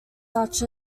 such